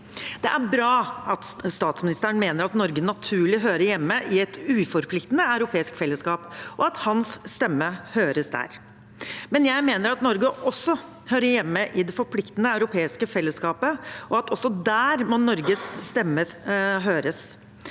Det er bra at statsministeren mener at Norge naturlig hører hjemme i et uforpliktende europeisk fellesskap, og at hans stemme høres der. Men jeg mener at Norge også hører hjemme i det forpliktende europeiske fellesskapet, og at Norges stemme må høres